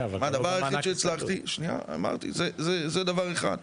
כן, אבל --- שנייה, אמרתי, זה דבר אחד.